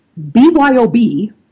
BYOB